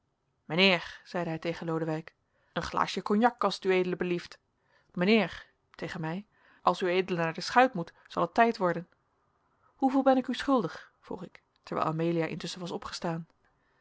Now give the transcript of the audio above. zeide hij tegen lodewijk een glaasje cognac als t ued belieft mijnheer tegen mij als ued naar de schuit moet zal het tijd worden hoeveel ben ik u schuldig vroeg ik terwijl amelia intusschen was opgestaan